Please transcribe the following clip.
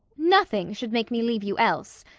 nothing should make me leave you else,